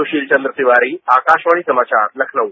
सुशील चंद्र तिवारी आकाशवाणी समाचार लखनऊ